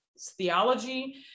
theology